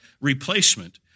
replacement